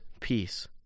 peace